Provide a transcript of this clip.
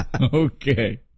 Okay